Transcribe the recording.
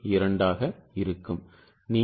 நீங்கள் கணக்கீட்டை பெறுகிறீர்களா